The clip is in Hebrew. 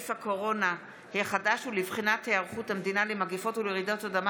נגיף הקורונה החדש ולבחינת היערכות המדינה למגפות ולרעידות אדמה